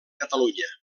catalunya